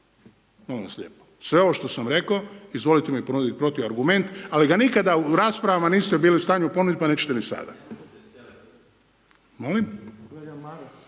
molim vas lijepo. Sve ovo što sam vam rekao izvolite mi ponudit protuargument, ali ga nikada u raspravama niste bili u stanju ponuditi pa nećete ni sada. ...